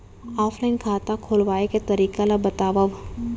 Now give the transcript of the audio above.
Offline खाता खोलवाय के तरीका ल बतावव?